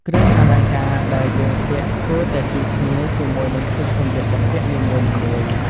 គ្រឿងអលង្ការដែលយើងពាក់គួរតែស៊ីគ្នាជាមួយនឹងឈុតសម្លៀកបំពាក់នីមួយៗ ។